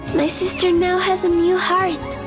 my sister now has a new heart.